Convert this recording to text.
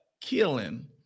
killing